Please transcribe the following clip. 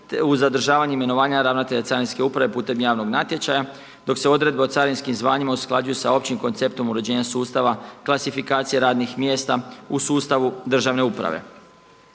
uz zadržavanje imenovanja ravnatelja carinske uprave putem javnog natječaja, dok se odredbe o carinskim zvanjima usklađuju s općim konceptom uređenja sustava, klasifikacije radnih mjesta u sustavu državne uprave.